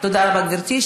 תודה רבה, גברתי.